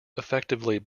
effectively